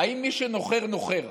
האם מי שנוחר יודע?